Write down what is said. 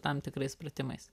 tam tikrais pratimais